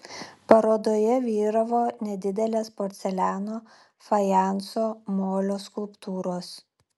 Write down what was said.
parodoje vyravo nedidelės porceliano fajanso molio skulptūros